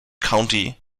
county